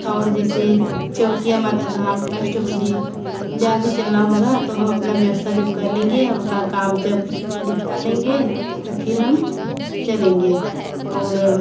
और जैसे चौकिया माता धाम अष्टभुजी जहाँ भी चलना होगा तो हम अपना व्यवस्था जब कर लेंगे हम अपना काम जब निपटा लेंगे तो फिर हम चलेंगे और